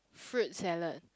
fruit salad